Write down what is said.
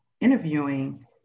interviewing